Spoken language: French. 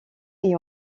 est